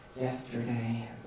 yesterday